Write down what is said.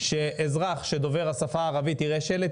שאזרח שדובר השפה הערבית יראה שלט,